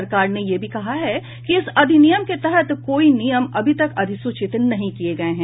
सरकार ने यह भी कहा है कि इस अधिनियम के तहत कोई नियम अभी तक अधिसूचित नहीं किए गए हैं